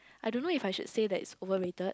I don't know if I should say that it's overrated